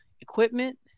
equipment